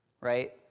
right